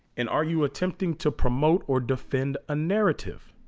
and argue attempting to promote or defend a narrative